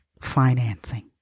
financing